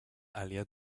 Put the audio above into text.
aliat